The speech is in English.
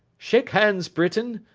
shake hands, britain!